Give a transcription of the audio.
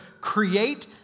create